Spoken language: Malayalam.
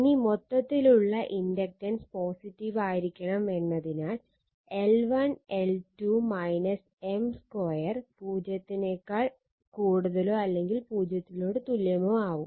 ഇനി മൊത്തത്തിലുള്ള ഇൻഡക്റ്റൻസ് പോസിറ്റീവ് ആയിരിക്കണം എന്നതിനാൽ L1 L2 M 2 ≥ 0 ആവും